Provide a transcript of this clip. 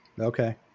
okay